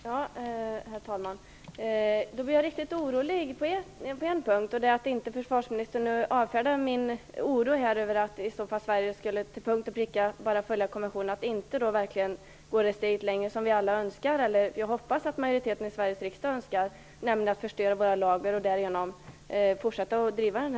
Herr talman! Jag blir riktigt orolig på en punkt. Försvarsministern stillar inte min oro över att Sverige till punkt och pricka bara skulle följa konventionen och inte gå ett steg längre, som jag hoppas att majoriteten i Sveriges riksdag önskar, nämligen att förstöra våra lager och därigenom fortsätta att driva frågan.